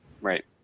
Right